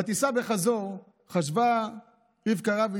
בטיסה חזור חשבה רבקה רביץ: